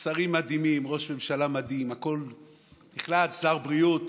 שרים מדהימים, ראש ממשלה מדהים, שר בריאות